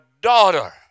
Daughter